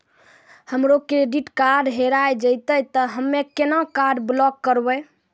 हमरो credit card हेरा जेतै ते हम्मय केना कार्ड ब्लॉक करबै?